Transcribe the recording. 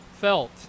felt